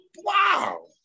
Wow